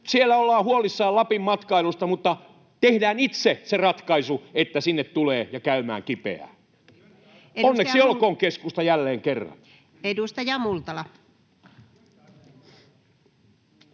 Siellä ollaan huolissaan Lapin matkailusta, mutta tehdään itse se ratkaisu, että sinne tulee käymään kipeää. Onneksi olkoon, keskusta, jälleen kerran. [Speech 35]